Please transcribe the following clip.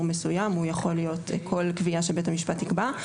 מסוים והוא יכול להיות כל קביעה שבית המשפט יקבע.